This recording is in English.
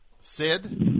Sid